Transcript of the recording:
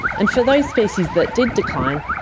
and for those species that did decline,